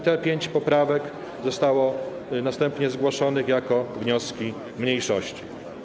Tych pięć poprawek zostało następnie zgłoszonych jako wnioski mniejszości.